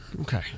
okay